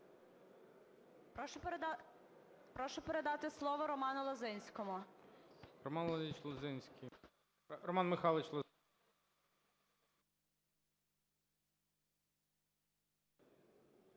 Прошу передати слово Роману Лозинському.